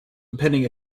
impending